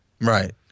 right